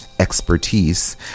expertise